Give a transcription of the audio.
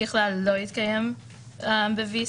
ככלל לא יתקיים ב-VC.